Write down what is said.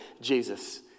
Jesus